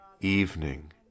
evening